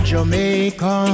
Jamaica